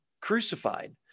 crucified